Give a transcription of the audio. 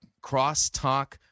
Crosstalk